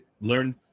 learn